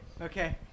Okay